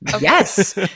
Yes